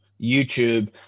YouTube